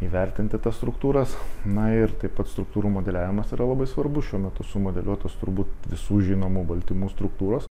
įvertinti tas struktūras na ir taip pat struktūrų modeliavimas yra labai svarbus šiuo metu sumodeliuotos turbūt visų žinomų baltymų struktūros